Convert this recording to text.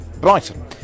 Brighton